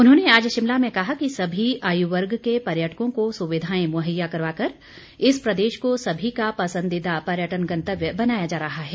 उन्होंने आज शिमला में कहा कि सभी आयुवर्ग के पर्यटकों को सुविधाएं मुहैया करवाकर इस प्रदेश को सभी का पसंदीदा पर्यटन गंतव्य बनाया जा रहा है